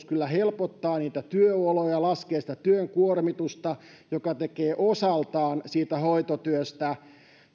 kyllä helpottaa niitä työoloja ja laskee työn kuormitusta mikä tekee osaltaan hoitotyöstä